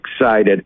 excited